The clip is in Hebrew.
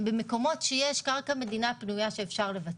הם במקומות שיש קרקע מדינה פנויה שאפשר לבצע.